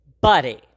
buddy